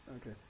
Okay